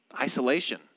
Isolation